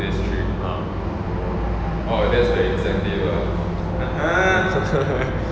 (uh huh)